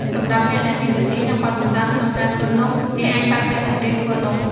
សម្រាប់អ្នកដែលមានជំនាញ និងបទពិសោធន៍ក្នុងការធ្វើនំ អ្នកអាចបើកវគ្គបង្រៀនធ្វើនំ។